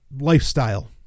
lifestyle